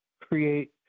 create